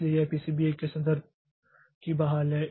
इसलिए यह पीसीबी 1 से संदर्भ की बहाल है